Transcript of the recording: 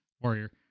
warrior